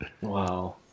Wow